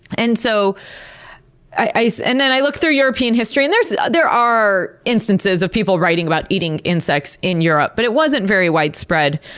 and so and then i look through european history, and there so there are instances of people writing about eating insects in europe, but it wasn't very widespread.